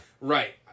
Right